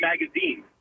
Magazine